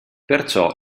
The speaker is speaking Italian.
perciò